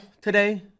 today